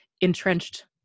entrenched